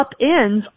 upends